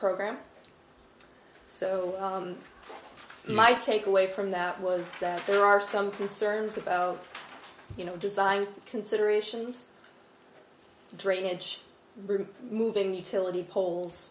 program so my takeaway from that was that there are some concerns about you know design considerations drainage moving utility pol